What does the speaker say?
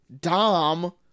Dom